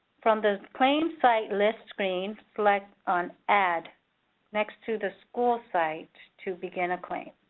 from the claim site list screen, select on add next to the school site to begin a claim.